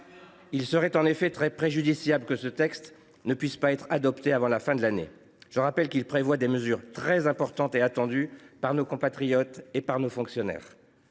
Il serait en effet très préjudiciable que ce texte ne puisse pas être voté avant la fin de l’année. Je rappelle qu’il prévoit des mesures très importantes et attendues par nos compatriotes et nos fonctionnaires.